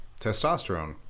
testosterone